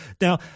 Now